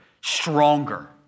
stronger